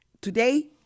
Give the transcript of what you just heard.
Today